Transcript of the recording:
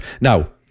now